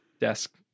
desk